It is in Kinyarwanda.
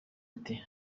ati